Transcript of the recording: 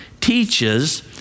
teaches